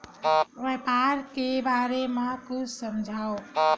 व्यापार के बारे म कुछु समझाव?